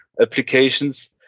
applications